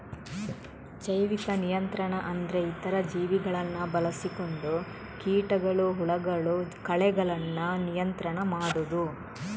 ಜೈವಿಕ ನಿಯಂತ್ರಣ ಅಂದ್ರೆ ಇತರ ಜೀವಿಗಳನ್ನ ಬಳಸಿಕೊಂಡು ಕೀಟಗಳು, ಹುಳಗಳು, ಕಳೆಗಳನ್ನ ನಿಯಂತ್ರಣ ಮಾಡುದು